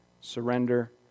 surrender